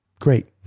great